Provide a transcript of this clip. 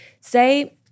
Say